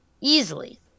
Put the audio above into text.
easily